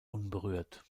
unberührt